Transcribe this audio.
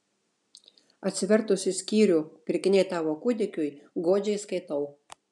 atsivertusi skyrių pirkiniai tavo kūdikiui godžiai skaitau